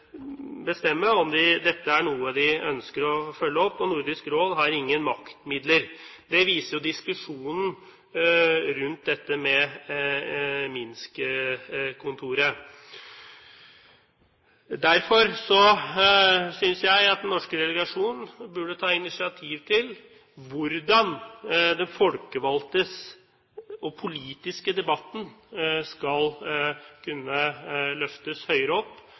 bestemme om dette er noe de ønsker å følge opp, og Nordisk Råd har ingen maktmidler. Det viser jo diskusjonen rundt dette med Minsk-kontoret. Derfor synes jeg at den norske delegasjonen burde ta initiativ til å finne ut hvordan de folkevalgte og den politiske debatten skal kunne løftes høyere opp